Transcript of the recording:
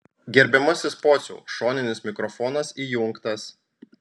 gerbiamasis pociau šoninis mikrofonas įjungtas